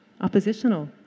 oppositional